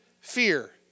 fear